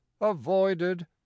avoided